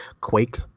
Quake